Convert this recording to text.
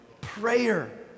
prayer